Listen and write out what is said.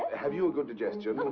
have you a good digestion? oh,